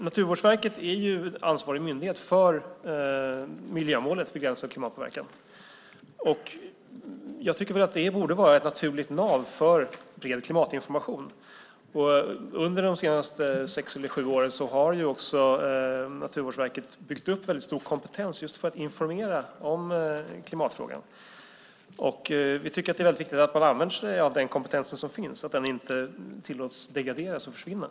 Naturvårdsverket är ansvarig myndighet för miljömålet Begränsad klimatpåverkan. Det borde vara ett naturligt nav för ren klimatinformation. Under de senaste sex eller sju åren har Naturvårdsverket byggt upp väldigt stor kompetens för att informera om klimatfrågan. Det är väldigt viktigt att man använder sig av den kompetens som finns, att den inte tillåts degradera och försvinna.